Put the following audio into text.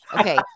Okay